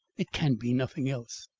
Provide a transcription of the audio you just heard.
it can be nothing else.